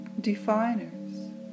definers